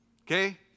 Okay